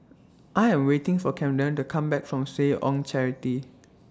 I Am waiting For Camden to Come Back from Seh Ong Charity